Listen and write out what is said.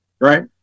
Right